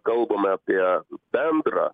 kalbame apie bendrą